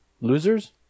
Losers